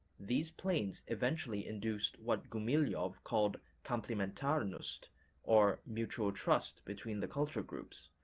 these plains eventually induced what gumilyov called komplimentarnost or mutual trust between the culture groups,